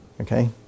okay